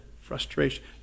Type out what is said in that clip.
frustration